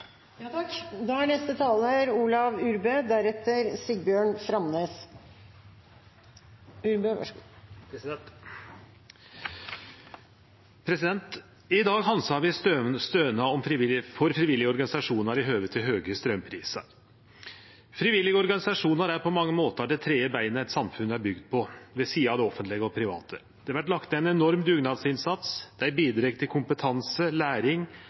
I dag handsamar vi stønad for frivillige organisasjonar med omsyn til høge straumprisar. Frivillige organisasjonar er på mange måtar det tredje beinet eit samfunn er bygt på, ved sida av det offentlege og det private. Det vert lagt ned ein enorm dugnadsinnsats, dei bidreg til kompetanse, læring